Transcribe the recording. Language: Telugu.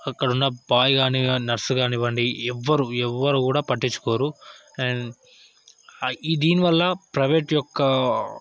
అక్కడ ఉన్న బాయ్ కానీ నర్సు కానివ్వండి ఎవ్వరు ఎవ్వరు కూడా పట్టించుకోరు అండ్ ఈ దీని వల్ల ప్రైవేట్ యొక్క